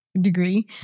degree